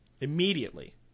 Immediately